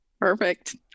Perfect